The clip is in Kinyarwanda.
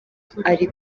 ari